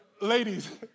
Ladies